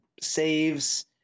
saves